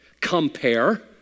Compare